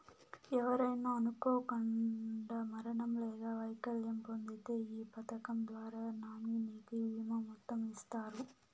ఎవరైనా అనుకోకండా మరణం లేదా వైకల్యం పొందింతే ఈ పదకం ద్వారా నామినీకి బీమా మొత్తం ఇస్తారు